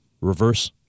reverse